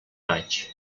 vaig